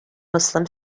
muslim